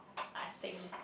I think